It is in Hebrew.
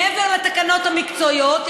מעבר לתקנות המקצועיות,